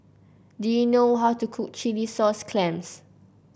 do you know how to cook Chilli Sauce Clams